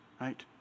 right